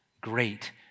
Great